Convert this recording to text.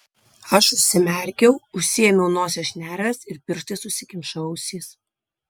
aš užsimerkiau užsiėmiau nosies šnerves ir pirštais užsikimšau ausis